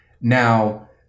Now